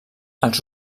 els